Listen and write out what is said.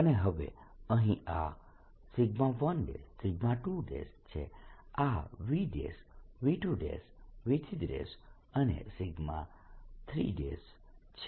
અને હવે અહીં આ 1 2 છે આ V1 V2 V3 અને 3 છે